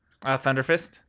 Thunderfist